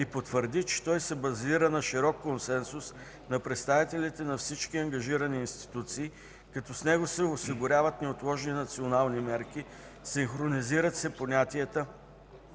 и потвърди, че той се базира на широк консенсус на представителите на всички ангажирани институции, като с него се осигуряват неотложни национални мерки, синхронизират се понятията